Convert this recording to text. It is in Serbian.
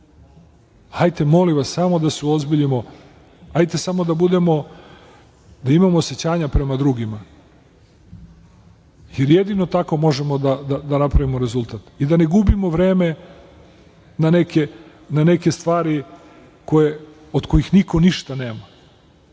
budemo samo, odnosno da imamo osećanja prema drugima, jer jedino tako možemo da napravimo rezultat i da ne gubimo vreme na neke stvari od kojih niko ništa nema.